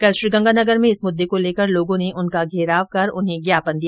कल श्रीगंगानगर में इस मुददे को लेकर लोगों ने उनका घेराव कर उन्हें ज्ञापन दिया